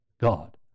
God